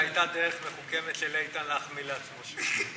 זו הייתה דרך מחוכמת של איתן להחמיא לעצמו שוב.